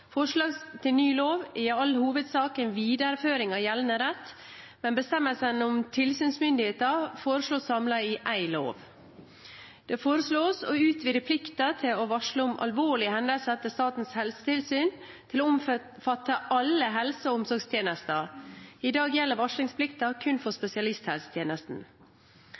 Forslaget til ny lov er i all hovedsak en videreføring av gjeldende rett, men bestemmelsene om tilsynsmyndighetene forslås samlet i én lov. Det foreslås å utvide plikten til å varsle om alvorlige hendelser til Statens helsetilsyn til å omfatte alle helse- og omsorgstjenester. I dag gjelder varslingsplikten kun for spesialisthelsetjenesten.